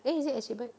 eh is that S_G bike